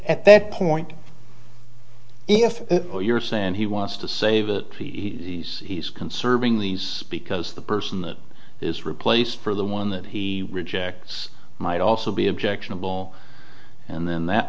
at that point if you're saying he wants to save it he's he's conserving these because the person that is replaced for the one that he rejects might also be objectionable and then that